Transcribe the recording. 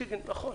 הציג נכון,